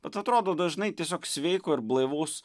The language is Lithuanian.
bet atrodo dažnai tiesiog sveiko ir blaivaus